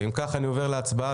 אם כך, אני עובר להצבעה.